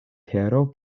tero